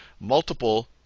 multiple